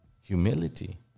humility